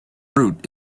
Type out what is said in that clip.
route